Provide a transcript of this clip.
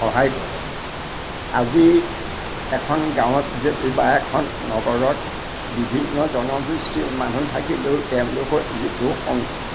সহায় কৰে আজি এখন গাঁৱত যদি বা এখন নগৰত বিভিন্ন জনগোষ্ঠীৰ মানুহ থাকিলেও তেওঁলোকৰ যিটো সং